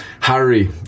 harry